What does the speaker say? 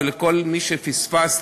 ולכל מי שפספסתי,